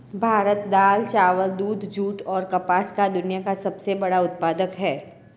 भारत दाल, चावल, दूध, जूट, और कपास का दुनिया का सबसे बड़ा उत्पादक है